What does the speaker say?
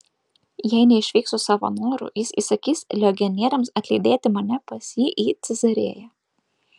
jei neišvyksiu savo noru jis įsakys legionieriams atlydėti mane pas jį į cezarėją